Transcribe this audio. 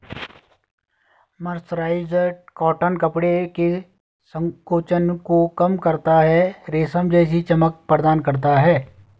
mercerised cotton कपड़े के संकोचन को कम करता है, रेशम जैसी चमक प्रदान करता है